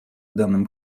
данным